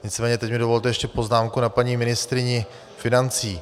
Nicméně teď mi dovolte ještě poznámku na paní ministryni financí.